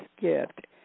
gift